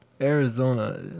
Arizona